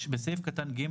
"(3)בסעיף קטן (ג),